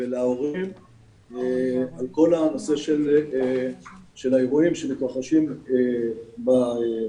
ולהורים בכל הנושא של האירועים שמתרחשים ברשת,